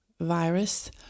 virus